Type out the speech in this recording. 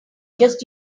just